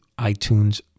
iTunes